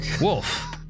Wolf